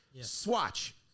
Swatch